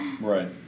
Right